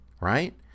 right